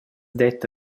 detta